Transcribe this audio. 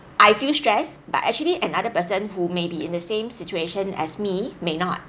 I feel stress but actually another person who may be in the same situation as me may not